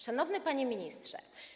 Szanowny Panie Ministrze!